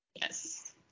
Yes